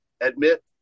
admit